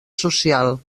social